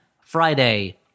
Friday